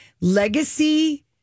Legacy